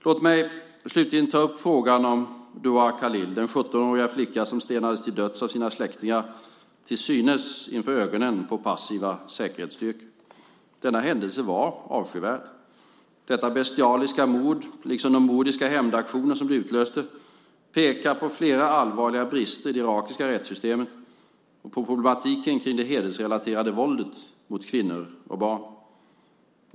Låt mig slutligen ta upp frågan om Dua Khalil, den 17-åriga flicka som stenades till döds av sina släktingar, till synes inför ögonen på passiva säkerhetsstyrkor. Denna händelse var avskyvärd. Detta bestialiska mord, liksom de mordiska hämndaktioner som det utlöste, pekar på flera allvarliga brister i det irakiska rättssystemet och på problematiken kring det hedersrelaterade våldet mot kvinnor och barn.